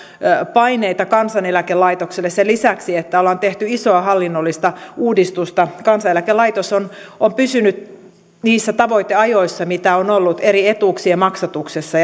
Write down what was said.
paineita kansaneläkelaitokselle sen lisäksi että ollaan tehty isoa hallinnollista uudistusta kansaneläkelaitos on on pysynyt niissä tavoiteajoissa mitä on ollut eri etuuksien maksatuksessa